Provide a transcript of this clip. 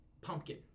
pumpkin